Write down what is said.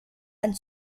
and